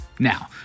Now